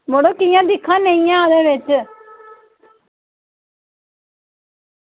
मड़ो कियां दिक्खां निं ऐ ओह्दे बिच